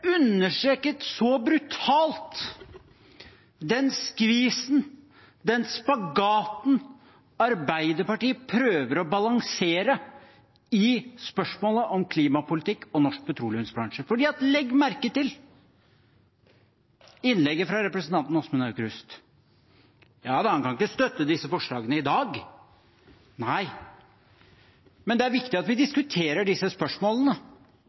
understreket så brutalt den skvisen, den spagaten, Arbeiderpartiet prøver å balansere i spørsmålet om klimapolitikk og norsk petroleumsbransje. Legg merke til innlegget fra representanten Åsmund Aukrust. Han kan ikke støtte disse forslagene i dag – nei – men det er viktig at vi diskuterer disse spørsmålene,